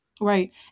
Right